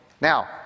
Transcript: Now